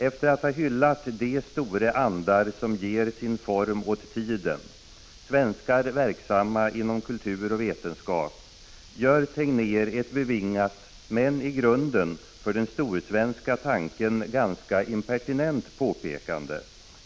Efter att ha hyllat de store andar som ger sin form åt tiden — svenskar verksamma inom kultur och vetenskap — gör Tegnér ett bevingat men i grunden, för den storsvenska tanken, ganska impertinent påpekande.